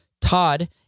Todd